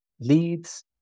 leads